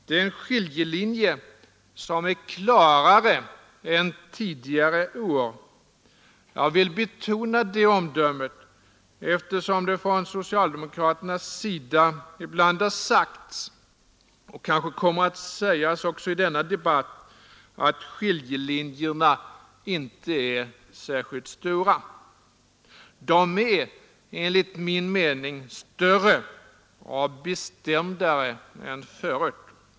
Det är en skiljelinje som är klarare än tidigare år. Jag vill betona det omdömet eftersom det från socialdemokraternas sida ibland har sagts — och kanske kommer att sägas också i denna debatt — att skiljelinjerna inte är särskilt stora. De är enligt min mening större och bestämdare än förut.